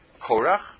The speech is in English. Korach